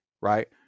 Right